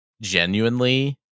genuinely